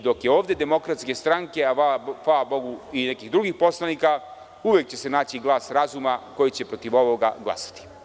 Dok je ovde DS, a hvala Bogu i nekih drugih poslanika uvek će se naći glas razuma koji će protiv ovoga glasati.